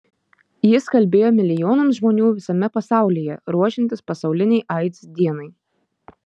jis kalbėjo milijonams žmonių visame pasaulyje ruošiantis pasaulinei aids dienai